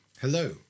Hello